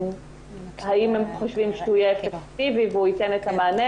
האם הם חושבים שהוא יהיה אפקטיבי וייתן את המענה